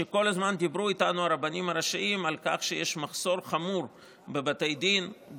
שהרבנים הראשיים כל הזמן דיברו איתנו על כך שיש מחסור חמור בבתי דין,